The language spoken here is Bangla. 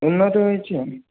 উন্নত হয়েছে